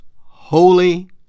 holy